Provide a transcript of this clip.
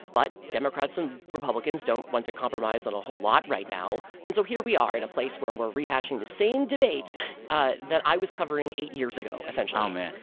but democrats and republicans don't want to compromise on a whole lot right now. and so here we are in a place where we're rehashing the same debate that i was covering eight years ago essentially aw, man.